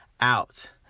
out